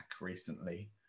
recently